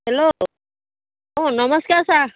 hello অঁ নমস্কাৰ sir